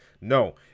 No